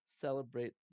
celebrate